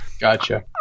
gotcha